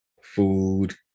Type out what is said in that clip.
food